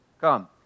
come